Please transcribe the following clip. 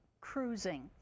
cruising